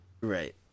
Right